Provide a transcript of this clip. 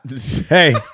Hey